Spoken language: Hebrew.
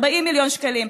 40 מיליון שקלים,